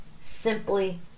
simply